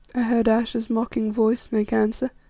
i heard ayesha's mocking voice make answer,